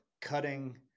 cutting